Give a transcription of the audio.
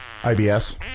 IBS